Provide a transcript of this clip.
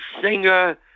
singer